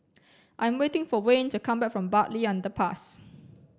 I'm waiting for Wayne to come back from Bartley Underpass